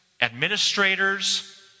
administrators